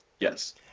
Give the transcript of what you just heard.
Yes